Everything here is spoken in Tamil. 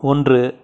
ஒன்று